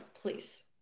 please